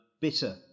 Bitter